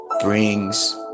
brings